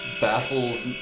baffles